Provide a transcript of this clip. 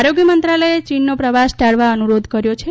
આરોગ્ય મંત્રાલયે ચીનનો પ્રવાસ ટાળવા અનુરોધ કર્યો છે